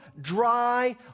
dry